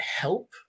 help